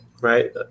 Right